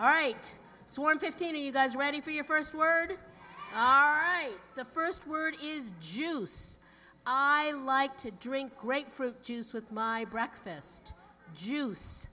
all right so we're fifteen you guys ready for your first word are right the first word is juice i like to drink great fruit juice with my breakfast juice